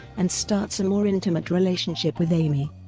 and starts a more intimate relationship with amy.